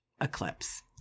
eclipse